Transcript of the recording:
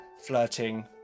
flirting